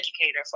educator